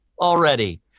already